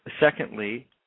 secondly